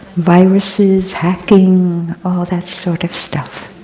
viruses, hacking, all that sort of stuff.